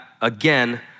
again